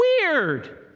weird